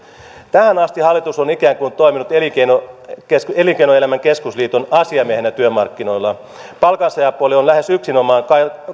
tähän asti hallitus on ikään kuin toiminut elinkeinoelämän keskusliiton asiamiehenä työmarkkinoilla palkansaajapuoli on lähes yksinomaan